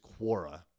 Quora